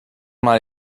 mal